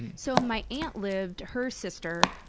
so my aunt lived her sister